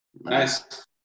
Nice